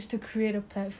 one should know